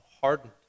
hardened